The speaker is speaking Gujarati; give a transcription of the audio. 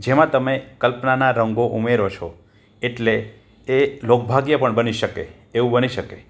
જેમાં તમે કલ્પનાના રંગો ઉમેરો છો એટલે એ લોકભાગ્ય પણ બની શકે એવું પણ બની શકે